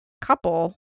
couple